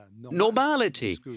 normality